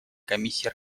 комиссии